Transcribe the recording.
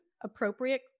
appropriate